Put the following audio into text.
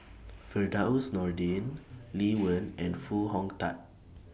Firdaus Nordin Lee Wen and Foo Hong Tatt